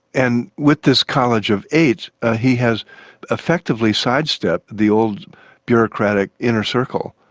and with this college of eight he has effectively sidestepped the old bureaucratic inner circle.